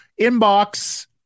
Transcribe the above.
Inbox